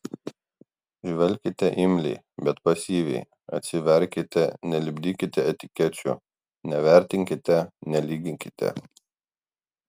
žvelkite imliai bet pasyviai atsiverkite nelipdykite etikečių nevertinkite nelyginkite